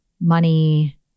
money